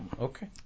Okay